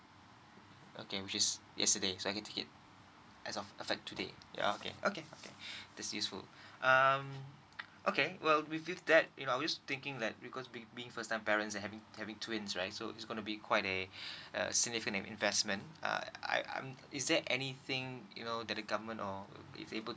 okay which is yesterday so I can take it as of effect today ya okay okay that's useful um okay we feel that you know I always thinking that because being being first time parents having having twins right so it's gonna be quite a a significant investment err I I um is there anything you know that the government you know is able